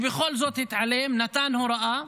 והוא בכל זאת התעלם, נתן הוראה,